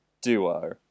duo